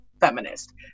feminist